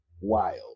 wild